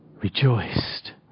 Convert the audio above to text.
rejoiced